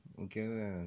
okay